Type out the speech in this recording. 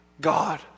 God